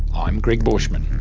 i'm gregg borschmann.